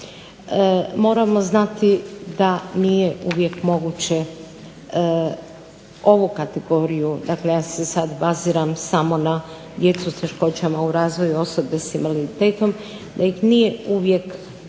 Moramo znati da nije uvijek moguće ovu kategoriju, dakle ja se sada baziram samo na djecu s teškoćama u razvoju, osobe s invaliditetom da ih nije uvijek moguće